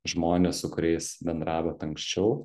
žmonės su kuriais bendravot anksčiau